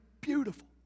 Beautiful